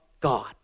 God